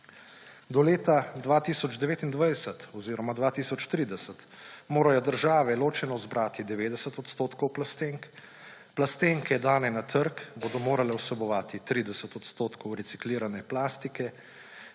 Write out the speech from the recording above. Do leta 2029 oziroma 2030 morajo države ločeno zbrati 90 odstotkov plastenk; plastenke, dane na trg, bodo morale vsebovati 30 odstotkov reciklirane plastike,